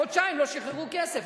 חודשיים לא שחררו כסף.